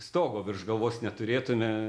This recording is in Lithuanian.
stogo virš galvos neturėtume